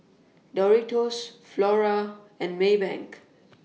Doritos Flora and Maybank